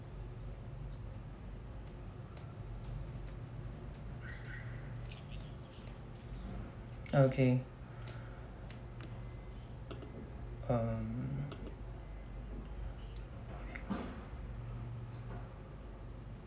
okay um